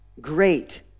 great